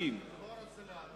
חברת הכנסת רוחמה אברהם,